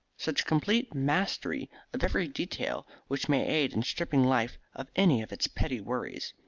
such complete mastery of every detail which may aid in stripping life of any of its petty worries.